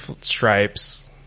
stripes